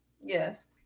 Yes